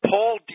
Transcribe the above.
Paul